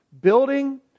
Building